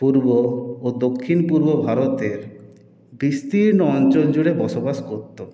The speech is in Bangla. পূর্ব ও দক্ষিণ পূর্ব ভারতের বিস্তীর্ণ অঞ্চল জুড়ে বসবাস করতো